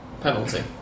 penalty